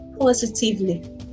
positively